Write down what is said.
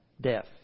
death